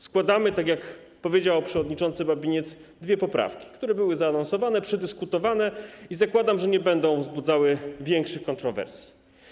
Składamy, tak jak powiedział przewodniczący Babinetz, dwie poprawki, które były zaanonsowane, przedyskutowane i zakładam, że nie będą wzbudzały większych kontrowersji.